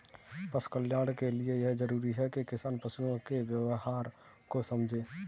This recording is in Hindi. पशु कल्याण के लिए यह जरूरी है कि किसान पशुओं के व्यवहार को समझे